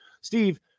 Steve